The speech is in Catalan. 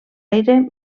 aire